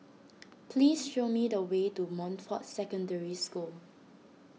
please show me the way to Montfort Secondary School